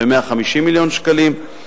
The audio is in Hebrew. ב-150 מיליון שקלים,